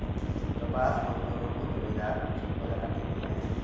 कपास मजदूरों को जमींदार उचित पगार देते हैं